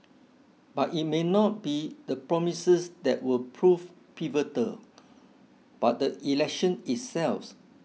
but it may not be the promises that will prove pivotal but the election itself